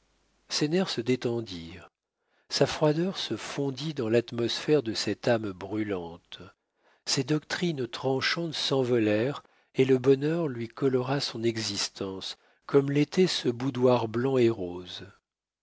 ses nerfs se détendirent sa froideur se fondit dans l'atmosphère de cette âme brûlante ses doctrines tranchantes s'envolèrent et le bonheur lui colora son existence comme l'était ce boudoir blanc et rose